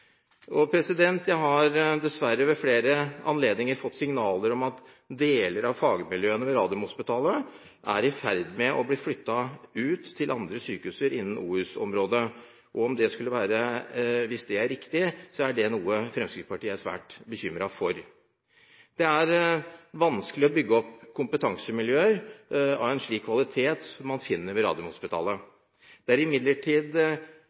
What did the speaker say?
Jeg har dessverre ved flere anledninger fått signaler om at deler av fagmiljøene ved Radiumhospitalet er i ferd med å bli flyttet ut til andre sykehus innen OUS-området. Hvis det er riktig, er det noe Fremskrittspartiet er svært bekymret for. Det er vanskelig å bygge opp kompetansemiljøer av en slik kvalitet man finner ved Radiumhospitalet. Det er imidlertid